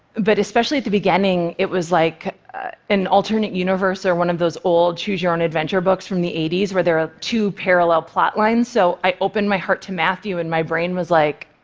but especially at the beginning, it was like an alternate universe, or one of those old choose your own adventure books from the eighty s where there are two parallel plot lines. so i opened my heart to matthew, and my brain was like,